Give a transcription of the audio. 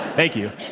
thank you.